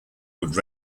would